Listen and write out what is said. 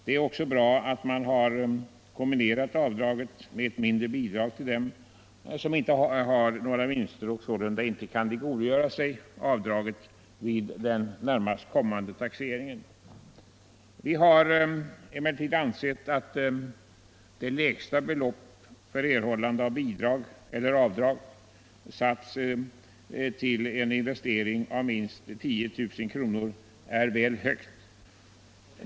Det är också bra att man har kombinerat avdraget med ett mindre bidrag till dem som inte har några vinster och sålunda inte kan tillgodogöra sig avdraget vid kommande taxering. Vi har emellertid ansett att den undre gränsen för erhållande av bidrag eller avdrag, som satts vid en investering av minst 10 000 kr. är väl hög.